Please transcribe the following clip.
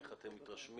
איך אתם מתרשמים,